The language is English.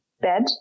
bed